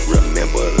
Remember